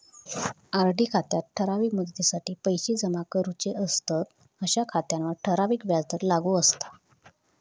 RD खात्यात ठराविक मुदतीसाठी पैशे जमा करूचे असतंत अशा खात्यांवर ठराविक व्याजदर लागू असता